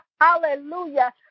hallelujah